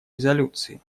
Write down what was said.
резолюции